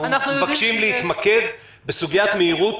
אנחנו מבקשים להתמקד בסוגיית מהירות